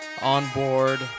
onboard